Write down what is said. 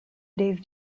dave